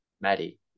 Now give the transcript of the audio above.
Maddie